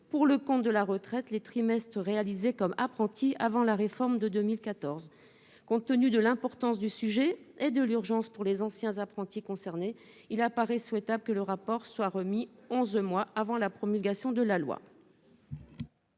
pour le décompte de la retraite, les trimestres réalisés en tant qu'apprenti avant la réforme de 2014. Néanmoins, compte tenu de l'importance du sujet et de l'urgence pour les anciens apprentis concernés, il paraît souhaitable que le rapport soit remis avant onze mois après la promulgation de la loi.